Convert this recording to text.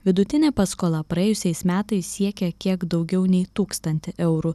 vidutinė paskola praėjusiais metais siekė kiek daugiau nei tūkstantį eurų